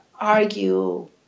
argue